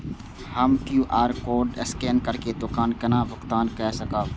हम QR code scan करके दुकान केना भुगतान काय सकब?